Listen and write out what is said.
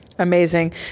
amazing